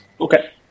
Okay